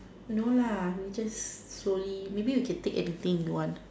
no larh we just slowly maybe we can take anything you want